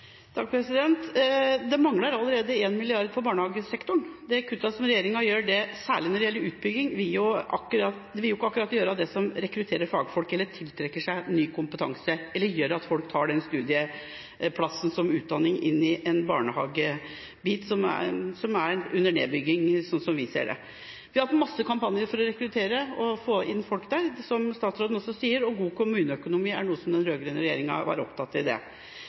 Det mangler allerede 1 mrd. kr i barnehagesektoren. De kuttene som regjeringa gjør – særlig når det gjelder utbygging – vil ikke akkurat rekruttere fagfolk og tiltrekke seg ny kompetanse, eller gjøre at folk vil ta den studieplassen som utdanner til jobb i en barnehagesektor som nedbygges, slik vi ser det. Vi har hatt mange kampanjer for å rekruttere folk til sektoren, som statsråden også sier, og god kommuneøkonomi var noe som den rød-grønne regjeringa var opptatt av. Den utålmodigheten vi så i